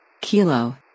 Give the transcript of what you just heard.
Kilo